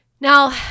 Now